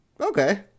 okay